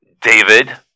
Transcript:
David